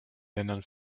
ländern